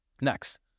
Next